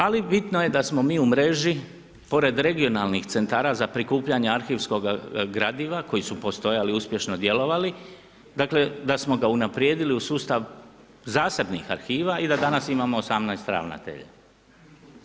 Ali, bitno je da smo mi u mreži pored regionalnih centara za prikupljanje arhivskoga gradiva, koji su postojali, uspješno djelovali, dakle, da smo ga unaprijedili u sustav zasebnih arhiva i da danas imamo 18 ravnatelja.